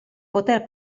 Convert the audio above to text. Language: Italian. poter